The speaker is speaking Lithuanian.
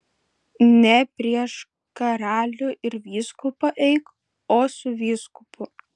ne prieš karalių ir vyskupą eik o su vyskupu